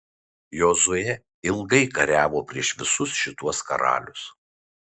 jozuė ilgai kariavo prieš visus šituos karalius